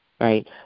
right